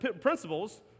principles